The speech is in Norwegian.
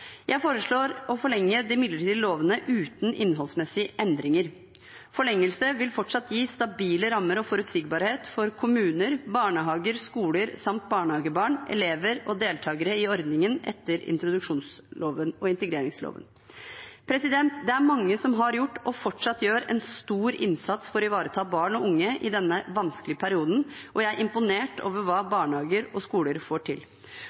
Jeg foreslår å forlenge de midlertidige lovene uten innholdsmessige endringer. Forlengelse vil fortsatt gi stabile rammer og forutsigbarhet for kommuner, barnehager, skoler samt barnehagebarn, elever og deltakere i ordningene etter introduksjonsloven og integreringsloven. Det er mange som har gjort og fortsatt gjør en stor innsats for å ivareta barn og unge i denne vanskelige perioden, og jeg er imponert over hva barnehager og skoler får til.